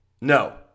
No